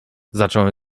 zacząłem